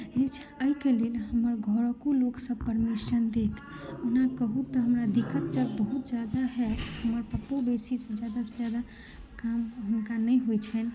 अछि एहिके लेल हमर घरोक लोक परमिशन देत ओना कहू तऽ हमरा दिक्कत जब बहुत ज्यादा हएत हमर पप्पो बेसी ज्यादासँ ज्यादा काम हुनका नहि होइत छनि